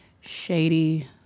shady